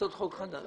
לעשות חוק חדש.